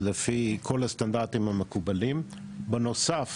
לפי כל הסטנדרטים המקובלים, בנוסף